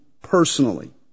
personally